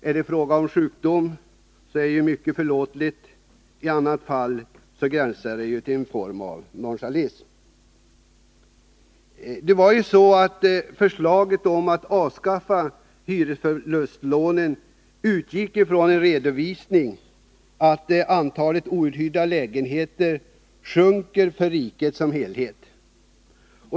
Är det fråga om sjukdom är det förlåtligt. I annat fall gränsar det till nonchalans. Det var ju så, att förslaget att avskaffa hyresförlustlånen grundade sig på en redovisning som visar att antalet outhyrda lägenheter sjunker för riket som helhet.